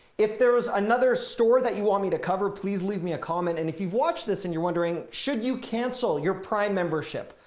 if there was another store that you want me to cover, please leave me a comment. and if you've watched this and you're wondering, should you cancel your prime membership?